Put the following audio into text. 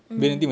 mm